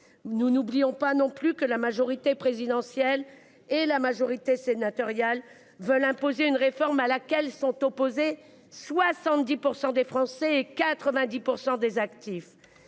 Nous n'oublions pas non plus que la majorité présidentielle et la majorité sénatoriale veulent imposer une réforme à laquelle sont opposés 70 % des Français et 90 % des actifs.